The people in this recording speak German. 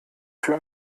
für